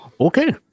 Okay